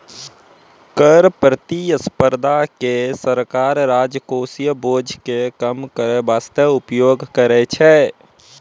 कर प्रतिस्पर्धा के सरकार राजकोषीय बोझ के कम करै बासते उपयोग करै छै